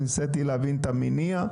ניסיתי להבין את המניע,